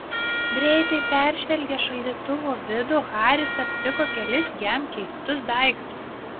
greitai peržvelgęs šaldytuvo vidų haris aptiko kelis jam keistus daiktus